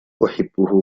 أحبه